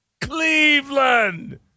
Cleveland